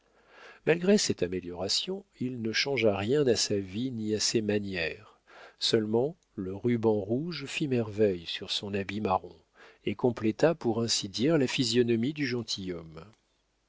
malgré cette amélioration il ne changea rien à sa vie ni à ses manières seulement le ruban rouge fit merveille sur son habit marron et compléta pour ainsi dire la physionomie du gentilhomme